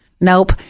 Nope